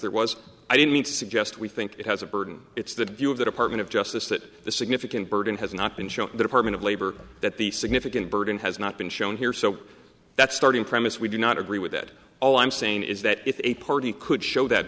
there was i didn't mean to suggest we think it has a burden it's the view of the department of justice that the significant burden has not been shown to the department of labor that the significant burden has not been shown here so that's starting premise we do not agree with it all i'm saying is that if a party could show that